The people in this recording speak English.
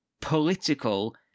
political